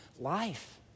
life